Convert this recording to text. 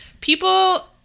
People